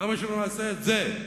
למה שלא נעשה את זה?